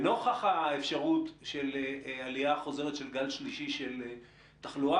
לנוכח האפשרות של עלייה חוזרת של גל שלישי של תחלואה,